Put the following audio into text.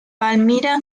palmira